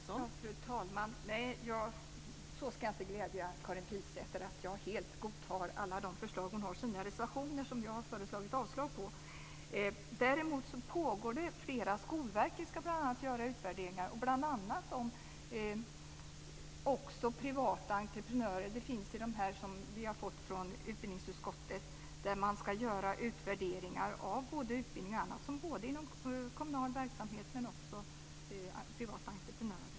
Fru talman! Jag ska inte glädja Karin Pilsäter genom att helt godta alla de förslag som finns i hennes reservationer och som jag har yrkat avslag på. T.ex. Skolverket ska göra utvärderingar, bl.a. om privata entreprenörer. Utbildningsutskottet har skrivit om utvärderingar av utbildning både inom kommunal verksamhet men också av privata entreprenörer.